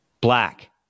Black